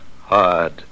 hard